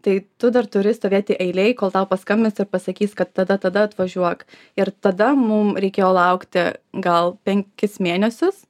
tai tu dar turi stovėti eilėj kol tau paskambins ir pasakys kad tada tada atvažiuok ir tada mum reikėjo laukti gal penkis mėnesius